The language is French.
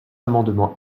amendements